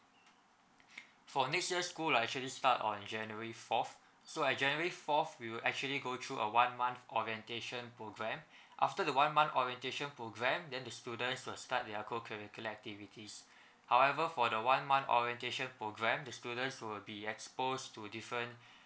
for next year school will like actually start on january fourth so at january fourth we will actually go through a one month orientation program after the one month orientation program then the students will start their cocurricular activities however for the one month orientation program the students will be exposed to different